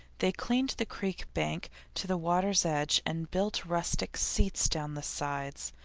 they cleaned the creek bank to the water's edge and built rustic seats down the sides.